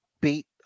beat